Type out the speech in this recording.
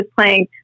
playing